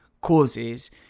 causes